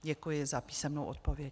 Děkuji za písemnou odpověď.